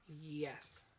Yes